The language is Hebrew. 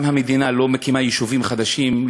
גם המדינה לא מקימה יישובים חדשים,